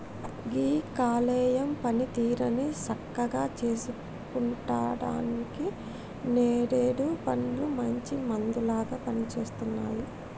గీ కాలేయం పనితీరుని సక్కగా సేసుకుంటానికి నేరేడు పండ్లు మంచి మందులాగా పనిసేస్తున్నాయి